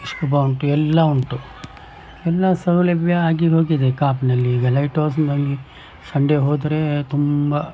scuba ಉಂಟು ಎಲ್ಲ ಉಂಟು ಎಲ್ಲ ಸೌಲಭ್ಯ ಆಗಿ ಹೋಗಿದೆ ಕಾಪುನಲ್ಲಿ ಈಗ ಲೈಟ್ಹೌಸಿನಲ್ಲಿ ಸಂಡೇ ಹೋದರೆ ತುಂಬ